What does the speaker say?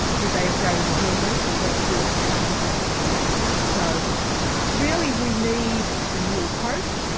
did they ever go to the wilderness, and get a feel for the country? probably not. so really we need a new approach,